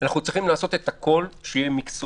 אנחנו צריכים לעשות את הכול כדי שהוא יהיה מקצועי,